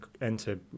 enter